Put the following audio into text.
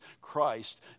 Christ